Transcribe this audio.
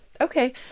Okay